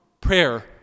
prayer